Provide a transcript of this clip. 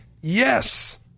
yes